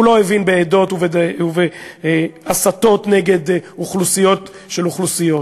הוא לא הבין בעדות ובהסתות נגד אוכלוסיות של אוכלוסיות,